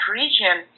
region